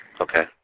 Okay